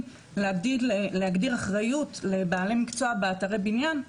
להגדיר אחריות לבעלי מקצוע באתרי בניין,